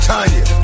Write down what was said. Tanya